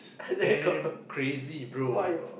damn crazy bro